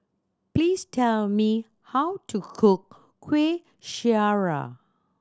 please tell me how to cook Kueh Syara